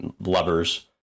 lovers